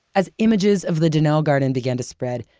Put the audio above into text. as images of the donnell garden began to spread,